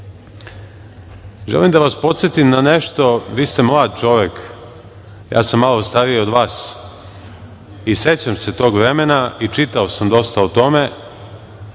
vaše. Želim da vas podsetim na nešto, vi ste mlad čovek, ja sam malo stariji od vas i sećam se tog vremena i čitao sam dosta o tome,